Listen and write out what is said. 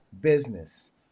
business